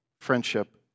friendship